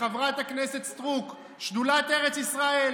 וחברת הכנסת סטרוק, שדולת ארץ ישראל,